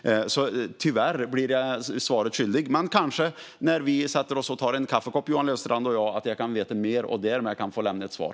Tyvärr blir jag svaret skyldig. Men när Johan Löfstrand och jag sätter oss med en kopp kaffe vet jag kanske mer och kan därmed lämna ett svar.